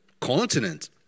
continent